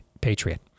patriot